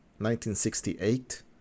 1968